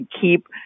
keep